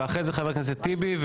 ואחרי זה חבר הכנסת טיבי,